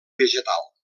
vegetal